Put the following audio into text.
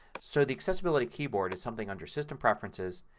so the accessibility keyboard is something under system preferences,